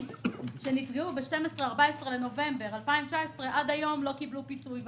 שנפגעו ב-12 14 בנובמבר 2019 עד היום לא קיבלו פיצוי.